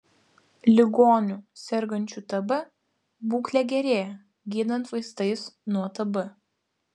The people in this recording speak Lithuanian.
ligonių sergančių tb būklė gerėja gydant vaistais nuo tb